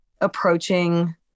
approaching